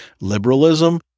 Liberalism